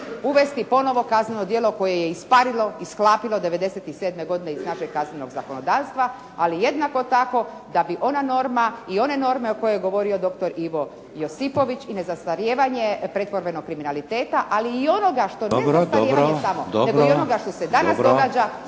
uvesti ponovno kazneno djelo koje je isparilo, ishlapilo 97. godine iz našeg kaznenog zakonodavstva, ali jednako tako da bi ona norma i one norme o kojima je govorio dr. Ivo Josipović i nezastarijevanje pretvorbenog kriminaliteta, ali onoga što nije zastarijevanje samo, nego i onoga što se danas događa